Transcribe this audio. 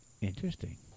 Interesting